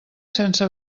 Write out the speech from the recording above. sense